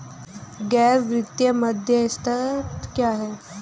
गैर वित्तीय मध्यस्थ क्या हैं?